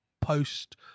post